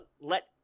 let